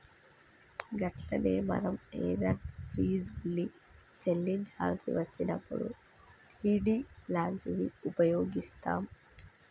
గట్లనే మనం ఏదన్నా ఫీజుల్ని చెల్లించాల్సి వచ్చినప్పుడు డి.డి లాంటివి ఉపయోగిస్తాం